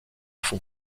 font